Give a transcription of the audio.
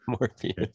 Morpheus